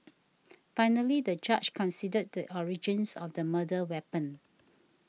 finally the judge considered the origins of the murder weapon